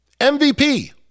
MVP